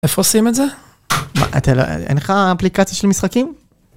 איפה עושים את זה? מה? אין לך אפליקציה של משחקים?